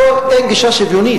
מנסה לפנות גם לכל הגורמים הממשלתיים,